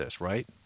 right